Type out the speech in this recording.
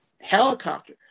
helicopter